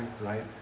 right